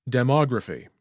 Demography